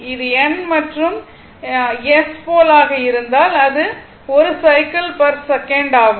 அது N மற்றும் S போல் ஆக இருந்தால் அது 1 சைக்கிள் பெர் செகண்ட் ஆகும்